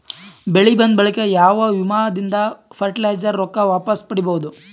ಬೆಳಿ ಬಂದ ಬಳಿಕ ಯಾವ ವಿಮಾ ದಿಂದ ಫರಟಿಲೈಜರ ರೊಕ್ಕ ವಾಪಸ್ ಪಡಿಬಹುದು?